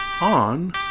on